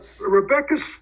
Rebecca's